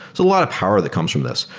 so lot of power that comes from this.